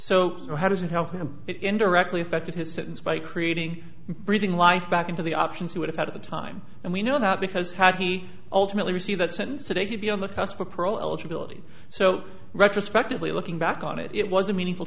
so how does it help him it indirectly affected his sentence by creating breathing life back into the options he would have had at the time and we know that because hockey ultimately receive that sentence today could be on the cusp of parole eligibility so retrospectively looking back on it it was a meaningful